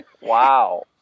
Wow